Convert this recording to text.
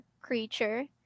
creature